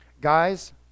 Guys